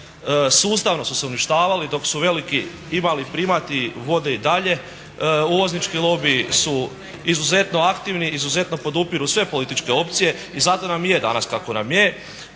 sustavno su se uništavali dok su veliki imali primati vode i dalje, uvoznički lobiji su izuzetno aktivni, izuzetno podupiru sve političke opcije i zato nam je danas kako nam je.